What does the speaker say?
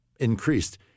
increased